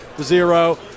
Zero